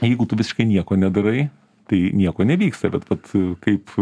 jeigu tu visiškai nieko nedarai tai nieko nevyksta bet vat kaip